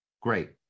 great